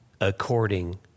according